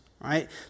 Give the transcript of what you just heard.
right